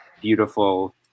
beautiful